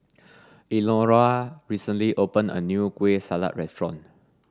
Elnora recently opened a new kueh salat restaurant